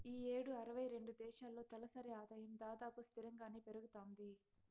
ఈ యేడు అరవై రెండు దేశాల్లో తలసరి ఆదాయం దాదాపు స్తిరంగానే పెరగతాంది